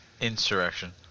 Insurrection